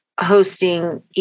hosting